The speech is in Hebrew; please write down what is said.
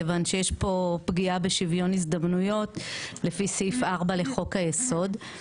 כיוון שיש כאן פגיעה בשוויון הזדמנויות לפי סעיף 4 לחוק היסוד.